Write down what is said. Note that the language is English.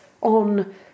on